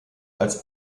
als